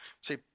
See